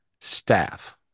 staff